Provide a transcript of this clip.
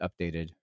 updated